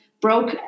broke